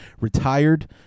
retired